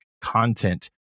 content